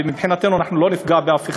ומבחינתנו אנחנו לא נפגע באף אחד,